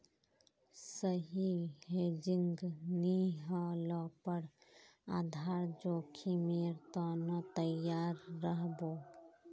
सही हेजिंग नी ह ल पर आधार जोखीमेर त न तैयार रह बो